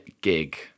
gig